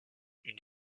une